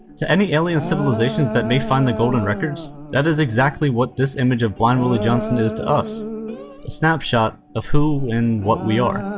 to any alien civilizations that may find the golden records, that is exactly what this image of blind willie johnson is to us a snapshot of who and what we are.